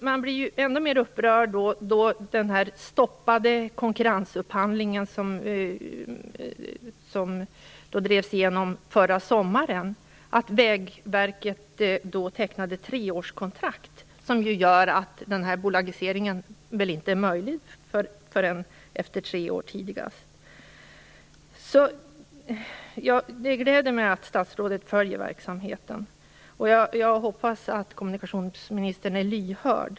Man blir än mer upprörd över den stoppade konkurrensupphandlingen som drevs igenom förra sommaren, då Vägverket tecknade ett treårskontrakt som gör att bolagiseringen inte blir möjlig förrän tidigast efter tre år. Det gläder mig att statsrådet följer verksamheten. Jag hoppas att kommunikationsministern är lyhörd.